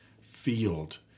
field